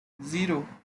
zero